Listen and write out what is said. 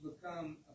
become